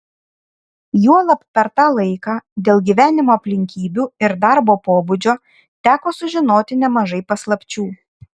juolab per tą laiką dėl gyvenimo aplinkybių ir darbo pobūdžio teko sužinoti nemažai paslapčių